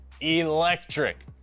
electric